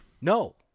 No